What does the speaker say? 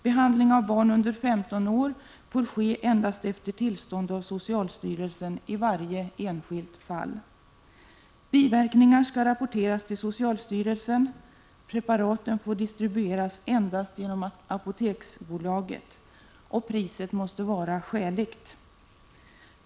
Behandling av barn under 15 år får ske endast efter tillstånd av socialstyrelsen i varje enskilt fall. Biverkningar skall rapporteras till socialstyrelsen. Preparaten får distribueras endast genom Apoteksbolaget. Priset måste vara skäligt.